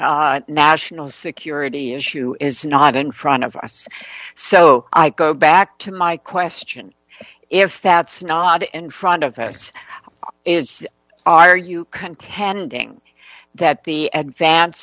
national security issue is not in front of us so i go back to my question if that's not in front of us is are you contending that the advanced